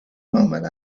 moment